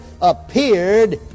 appeared